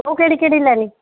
ਉਹ ਕਿਹੜੀ ਕਿਹੜੀ ਲੈਣੀ